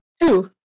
Two